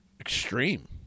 extreme